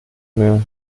mehr